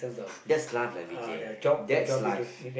that's life lah Vijay that's life